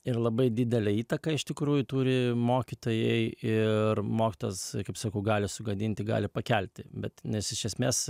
ir labai didelę įtaką iš tikrųjų turi mokytojai ir mokytojas kaip sakau gali sugadinti gali pakelti bet nes iš esmės